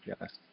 Yes